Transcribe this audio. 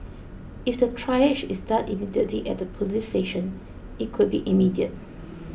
if the triage is done immediately at the police station it could be immediate